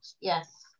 yes